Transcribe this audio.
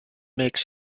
makes